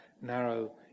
narrow